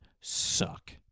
suck